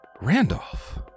Randolph